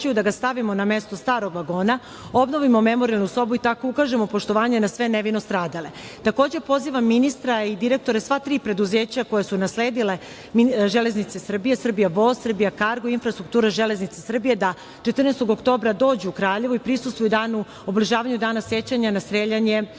da ga stavimo na mesto starog vagona, obnovimo memorijalnu sobu i tako ukažemo poštovanje na sve nevino stradale? Takođe, pozivam ministra i direktore sva tri preduzeća koja su nasledila Železnice Srbije, „Srbijavoz“, „Srbija kargo“ i „Infrastrukture železnice Srbije“ da 14. oktobra dođu u Kraljevo i prisustvuju obeležavanju Dana sećanja na streljane